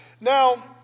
Now